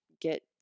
get